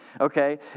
okay